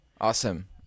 awesome